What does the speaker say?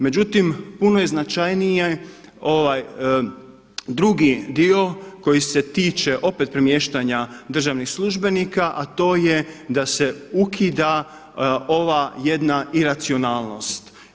Međutim, puno je značajniji drugi dio koji se tiče opet premještanja državnih službenika a to je da se ukida ova jedna iracionalnost.